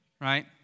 right